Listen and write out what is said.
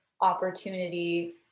opportunity